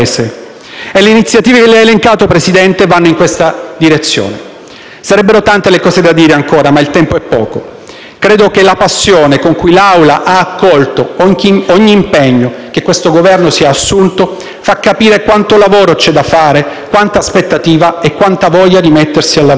Le iniziative che lei ha elencato, signor Presidente, vanno in questa direzione. Sarebbero tante le cose da dire ancora, ma il tempo è poco. Credo che la passione con cui l'Assemblea ha accolto ogni impegno che questo Governo si è assunto fa capire quanto lavoro c'è da fare, nonché quanta aspettativa e quanta voglia di mettersi al lavoro